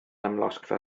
amlosgfa